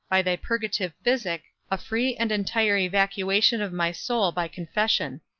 by thy purgative physic, a free and entire evacuation of my soul by confession.